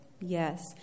Yes